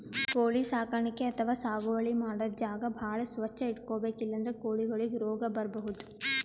ಕೋಳಿ ಸಾಕಾಣಿಕೆ ಅಥವಾ ಸಾಗುವಳಿ ಮಾಡದ್ದ್ ಜಾಗ ಭಾಳ್ ಸ್ವಚ್ಚ್ ಇಟ್ಕೊಬೇಕ್ ಇಲ್ಲಂದ್ರ ಕೋಳಿಗೊಳಿಗ್ ರೋಗ್ ಬರ್ಬಹುದ್